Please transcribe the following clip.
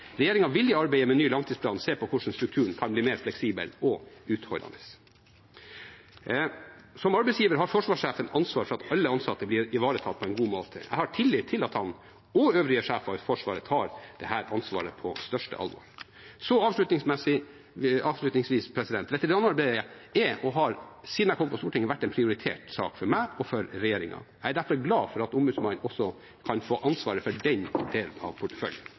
vil i arbeidet med ny langtidsplan se på hvordan strukturen kan bli mer fleksibel og utholdende. Som arbeidsgiver har forsvarssjefen ansvar for at alle ansatte blir ivaretatt på en god måte. Jeg har tillit til at han – og øvrige sjefer i Forsvaret – tar dette ansvaret på største alvor. Avslutningsvis: Veteranarbeidet er og har – siden jeg kom på Stortinget – vært en prioritert sak for meg, og er det for regjeringen. Jeg er derfor glad for at Ombudsmannen også kan få ansvaret for den delen av porteføljen.